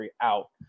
out